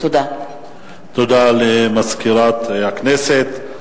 הודעה למזכירת הכנסת,